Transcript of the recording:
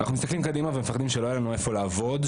אנחנו מסתכלים קדימה ומפחדים שלא יהיה לנו איפה לעבוד,